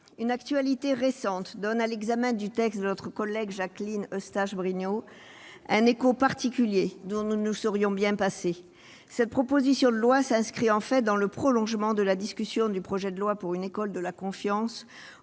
une actualité récente donne à l'examen du texte de notre collègue Jacqueline Eustache-Brinio un écho particulier, dont nous nous serions bien passés. Cette proposition de loi s'inscrit en fait dans le prolongement de la discussion du projet loi pour une école de la confiance,